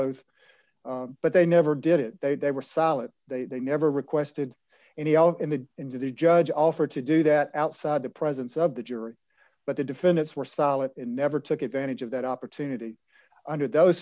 oath but they never did it they were solid they never requested and he in the end to the judge offered to do that outside the presence of the jury but the defendants were solid and never took advantage of that opportunity under those